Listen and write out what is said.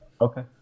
Okay